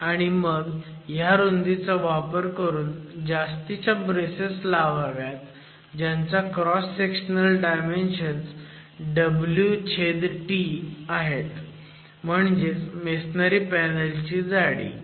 आणि मग ह्या रुंदीचा वापर करून जास्तीच्या ब्रेसेस लावाव्यात ज्यांचा क्रॉस सेक्शनल डायमेंशन्स wt आहेत म्हणजेच मेसोनरी पॅनल ची जाडी